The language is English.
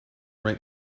right